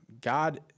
God